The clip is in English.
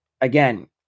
again